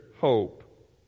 hope